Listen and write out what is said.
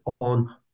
on